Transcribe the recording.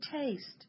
taste